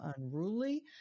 unruly